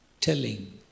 telling